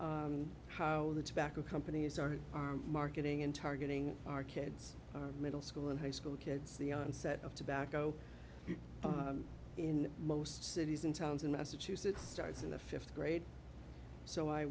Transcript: and how the tobacco companies started marketing and targeting our kids middle school and high school kids the onset of tobacco in most cities and towns in massachusetts starts in the fifth grade so i